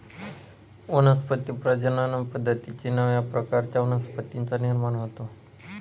वनस्पती प्रजनन पद्धतीने नव्या प्रकारच्या वनस्पतींचा निर्माण होतो